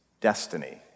destiny